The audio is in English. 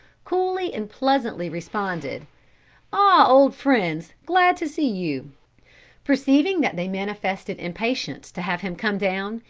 coolly and pleasantly responded ah, old friends, glad to see you perceiving that they manifested impatience to have him come down,